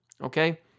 Okay